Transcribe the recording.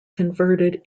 converted